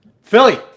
Philly